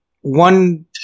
one